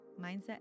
mindset